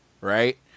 right